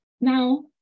Now